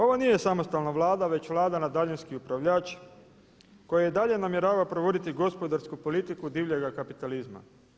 Ovo nije samostalna Vlada, već Vlada na daljinski upravljač koja i dalje namjerava provoditi gospodarsku politiku divljega kapitalizma.